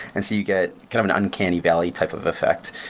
and so you get kind of an uncanny valley type of effect,